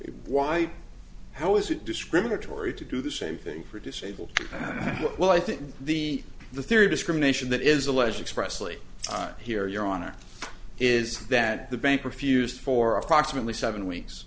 why how is it discriminatory to do the same thing for disabled well i think the the theory of discrimination that is a leisure expressly on here your honor is that the bank refused for approximately seven weeks